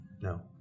No